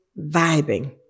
vibing